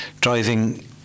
driving